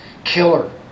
Killer